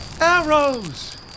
Arrows